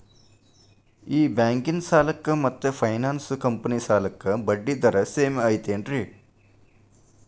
ಈ ಬ್ಯಾಂಕಿನ ಸಾಲಕ್ಕ ಮತ್ತ ಫೈನಾನ್ಸ್ ಕಂಪನಿ ಸಾಲಕ್ಕ ಬಡ್ಡಿ ದರ ಸೇಮ್ ಐತೇನ್ರೇ?